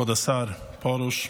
כבוד השר פרוש,